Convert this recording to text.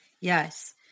Yes